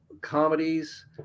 comedies